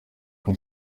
kuri